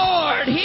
Lord